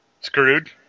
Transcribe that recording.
Screwed